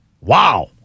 Wow